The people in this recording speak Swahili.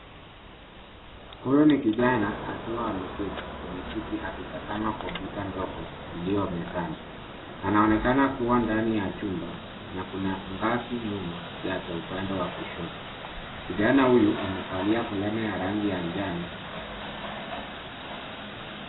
Huyu ni kijana akiwa ameketi kwenye kiti akitazama kompyuta ndogo, iliyo mezani. Anaonekana kua ndani ya chumba, na kuna ngazi nyuma yake upande wa kushoto. Kijana huyu amevalia fulana ya rangi ya njano.